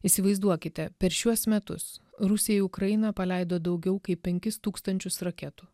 įsivaizduokite per šiuos metus rusija į ukraina paleido daugiau kaip penkis tūkstančius raketų